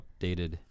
updated